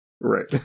Right